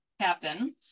captain